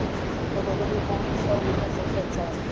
पौधों के लिए कौन सा उर्वरक सबसे अच्छा है?